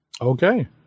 Okay